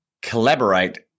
collaborate